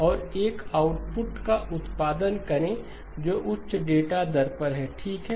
और एक आउटपुट का उत्पादन करें जो उच्च डेटा दर पर है ठीक है